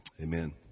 Amen